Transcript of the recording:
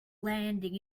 landing